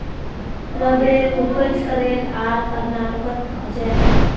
रबरेर उपज केरल आर कर्नाटकोत होछे